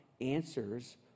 answers